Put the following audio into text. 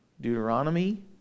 Deuteronomy